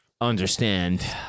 understand